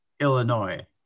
Illinois